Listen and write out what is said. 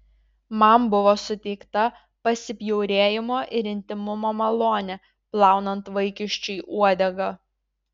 man buvo suteikta pasibjaurėjimo ir intymumo malonė plaunant vaikiščiui uodegą